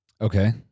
Okay